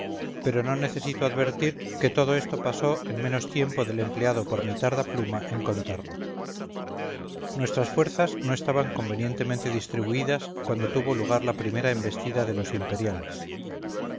pero no necesito advertir que todo esto pasó en menos tiempo del empleado por mi tarda pluma en contarlo nuestras fuerzas no estaban convenientemente distribuidas cuando tuvo lugar la primera embestida de los imperiales